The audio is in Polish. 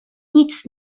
nic